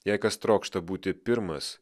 jei kas trokšta būti pirmas